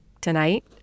tonight